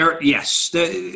Yes